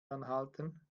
anhalten